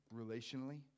relationally